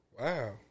wow